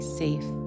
safe